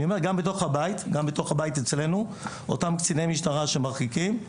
גם בתוך הבית אצלנו, אותם קציני משטרה שמרחיקים,